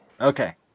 Okay